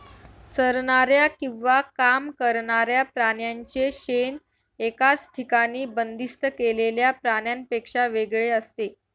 चरणाऱ्या किंवा काम करणाऱ्या प्राण्यांचे शेण एकाच ठिकाणी बंदिस्त केलेल्या प्राण्यांपेक्षा वेगळे असते